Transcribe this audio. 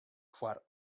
foar